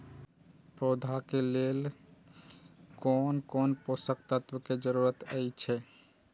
पौधा के लेल कोन कोन पोषक तत्व के जरूरत अइछ?